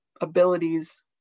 abilities